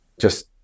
Just-